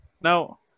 Now